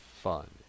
fun